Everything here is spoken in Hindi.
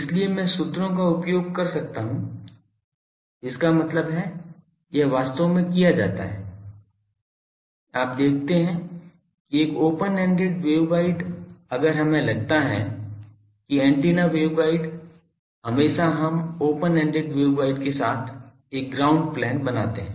इसलिए मैं सूत्रों का उपयोग कर सकता हूं इसका मतलब है यह वास्तव में किया जाता है आप देखते हैं कि एक ओपन एंडेड वेवगाइड अगर हमें लगता है कि ऐन्टेना वेवगाइड हमेशा हम ओपन एंडेड वेवगाइड के साथ एक ग्राउंड प्लेन बनाते हैं